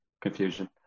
confusion